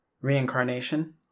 reincarnation